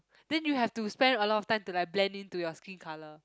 then you have to spend a lot of time to like blend in to your skin colour